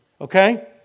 Okay